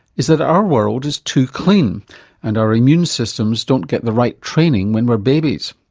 is that our world is too clean and our immune systems don't get the right training when we're babies.